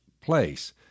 place